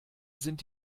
sind